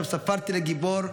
ושם ספדתי לגיבור,